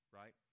right